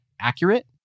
accurate